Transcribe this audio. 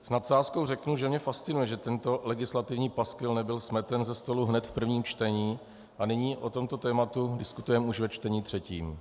S nadsázkou řeknu, že mě fascinuje, že tento legislativní paskvil nebyl smeten ze stolu hned v prvním čtení a nyní o tomto tématu diskutujeme už ve čtení třetím.